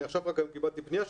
אני עכשיו קיבלתי פנייה,